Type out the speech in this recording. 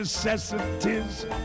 Necessities